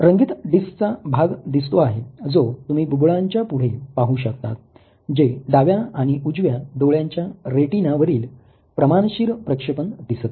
रंगीत डिस्कचा भाग दिसतो आहे जो तुम्ही बुबुळांच्या पुढे पाहू शकता जे डाव्या आणि उजव्या डोळ्याच्या रेटीना वरील प्रमाणशीर प्रेक्षेपण दिसत आहे